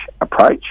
approach